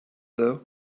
though